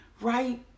right